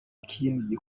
kindi